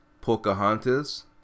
Pocahontas